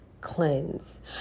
cleanse